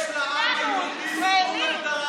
זה שופט בבית משפט שלנו,